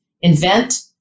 invent